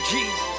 Jesus